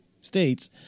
States